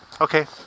Okay